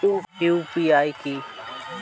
UPI কি?